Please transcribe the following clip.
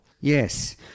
Yes